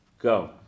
go